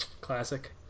Classic